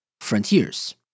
Frontiers